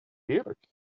heerlijk